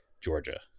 Georgia